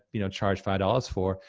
you know, charge five dollars for,